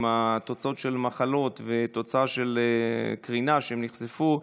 התוצאות של המחלות והתוצאה של הקרינה שהם נחשפו,